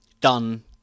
done